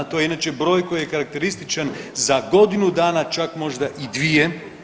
To je inače broj koji je karakterističan za godinu dana, čak možda i dvije.